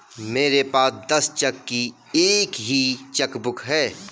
मेरे पास दस चेक की ही चेकबुक है